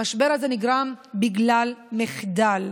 המשבר הזה נגרם בגלל מחדל,